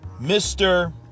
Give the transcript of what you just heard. Mr